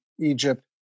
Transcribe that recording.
Egypt